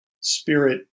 spirit